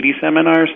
seminars